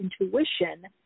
intuition –